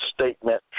statement